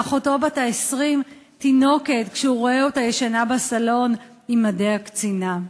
ה-20 'תינוקת' כשהוא רואה אותה ישנה בסלון עם מדי הקצינה.